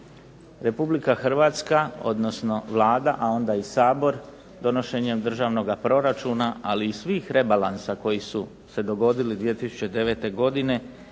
Republika Hrvatska, odnosno Vlada, a onda i Sabor donošenjem državnoga proračuna, ali i svih rebalansa koji su se dogodili 2009. godine